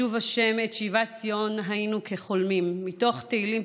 בשוב ה' את שיבת ציון היינו כחלמים" מתוך תהילים,